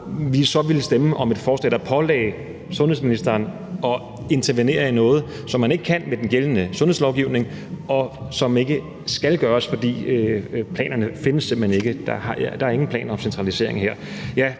så ville stemme om et forslag, der pålagde sundhedsministeren at intervenere i noget, som man ikke kan, med den gældende sundhedslovgivning, og som ikke skal gøres, fordi planerne simpelt hen ikke findes? For der er her ingen planer om en centralisering.